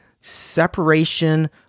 separation